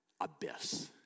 abyss